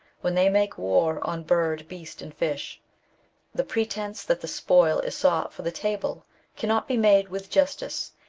when they make war on bird, beast, and fish the pretence that the spoil is sought for the table cannot be made with justice,